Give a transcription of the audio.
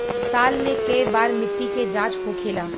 साल मे केए बार मिट्टी के जाँच होखेला?